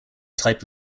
type